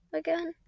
again